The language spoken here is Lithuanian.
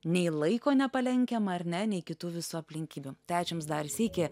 nei laiko nepalenkiama ar ne nei kitų visų aplinkybių tai ačiū jums dar sykį